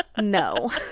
No